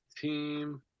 team